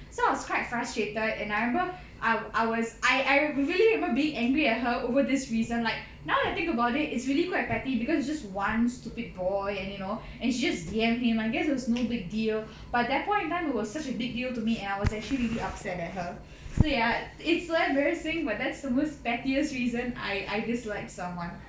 so I was quite frustrated and I remember I was I vividly remember being angry at her over this reason like now I think about it it's really quite petty because it's just one stupid boy and you know she just D_M him I guess it was no big deal but that point in time it was such a big deal to me and I was actually really upset at her so ya it's so embarrassing but that's the worst pettiest reason I disliked someone